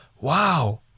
wow